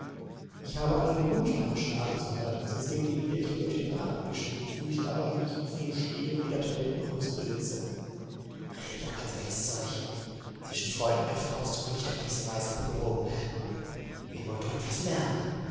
ich habe allen grund meinen schnabel zu halten sonst denkt ihr wieder ich will euch den bart abwischen wozu ich aber wie ich euch offen gestehe weder talent noch lust besitze redet doch kein solches zeug zwischen freunden dürfen ausdrücke nicht auf diese weise abgewogen werden ihr wollt doch etwas lernen